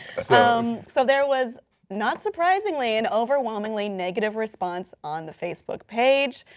so um so there was not surprisingly and overwhelmingly negative response on the facebook page.